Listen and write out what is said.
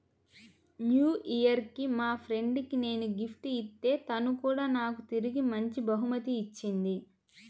new year కి మా friend కి నేను గిఫ్ట్ ఇత్తే తను కూడా నాకు తిరిగి మంచి బహుమతి ఇచ్చింది